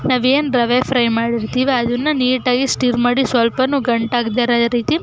ನಾವೇನು ರವೆ ಫ್ರೈ ಮಾಡಿರ್ತೀವಿ ಅದನ್ನು ನೀಟಾಗಿ ಸ್ಟಿರ್ ಮಾಡಿ ಸ್ವಲ್ಪವೂ ಗಂಟಾಗದೇ ಇರೋ ರೀತಿ